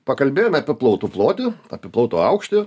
pakalbėjome apie plautų plotį apie plautų aukštį